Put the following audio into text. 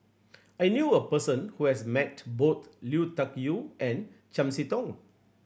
I knew a person who has met both Lui Tuck Yew and Chiam See Tong